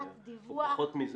תת דיווח.